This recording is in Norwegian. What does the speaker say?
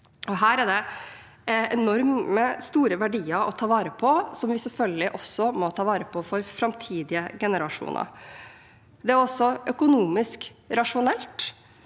det enormt store verdier å ta vare på, som vi selvfølgelig også må ta vare på for framtidige generasjoner. Det er også økonomisk rasjonelt,